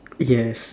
yes